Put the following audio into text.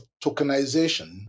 tokenization